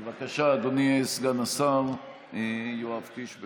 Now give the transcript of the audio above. בבקשה, אדוני סגן השר יואב קיש.